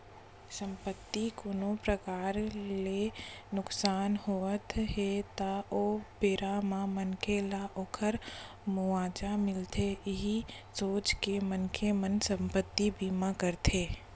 संपत्ति कोनो परकार ले नुकसानी होवत हे ता ओ बेरा म मनखे ल ओखर मुवाजा मिलथे इहीं सोच के मनखे मन संपत्ति बीमा कराथे